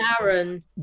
Aaron